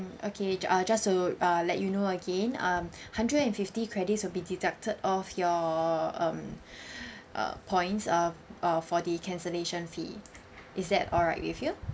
okay uh just to uh let you know again um hundred and fifty credits will be deducted off your um uh points uh uh for the cancellation fee is that alright with you